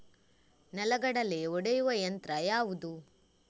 ನೆಲಗಡಲೆ ಒಡೆಯುವ ಯಂತ್ರ ಯಾವುದು?